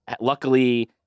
luckily